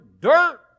dirt